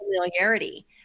familiarity